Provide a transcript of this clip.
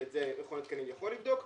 שאת זה מכון התקנים יכול לבדוק,